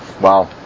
Wow